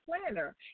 planner